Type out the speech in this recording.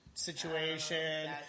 Situation